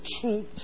truth